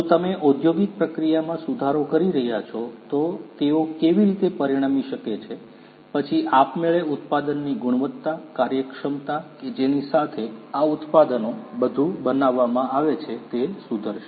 જો તમે ઔદ્યોગિક પ્રક્રિયામાં સુધારો કરી રહ્યાં છો તો તેઓ કેવી રીતે પરિણમી શકે છે પછી આપમેળે ઉત્પાદનની ગુણવત્તા કાર્યક્ષમતા કે જેની સાથે આ ઉત્પાદનો બધું બનાવવામાં આવે છે તે સુધરશે